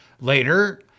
Later